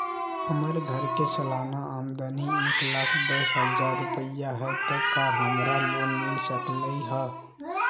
हमर घर के सालाना आमदनी एक लाख दस हजार रुपैया हाई त का हमरा लोन मिल सकलई ह?